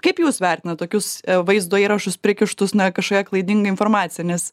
kaip jūs vertinat tokius vaizdo įrašus prikištus na kažkia klaidinga informacija nes